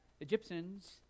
Egyptians